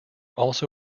also